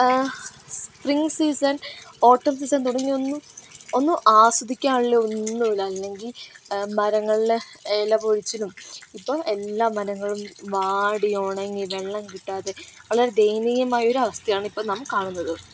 spring season autumn season തുടങ്ങിയ ഒന്നും ഒന്നും ആസ്വദിക്കാൻ ഒള്ള ഒന്നും ഇല്ല അല്ലെങ്കിൽ മരങ്ങളിലെ ഇല പൊഴിച്ചിലും ഇപ്പോൾ എല്ലാ മരങ്ങളും വാടി ഉണങ്ങി വെള്ളം കിട്ടാതെ വളരെ ദയനീയമായ ഒരവസ്ഥയാണ് ഇപ്പോൾ നാം കാണുന്നത്